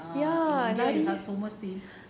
uh in india you have so much things